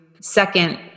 second